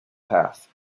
path